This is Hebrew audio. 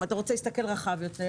אם אתה רוצה להסתכל רחב יותר,